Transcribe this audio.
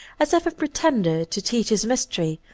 has ever pretended to teach his mystery,